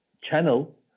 channel